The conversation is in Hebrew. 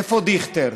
איפה דיכטר?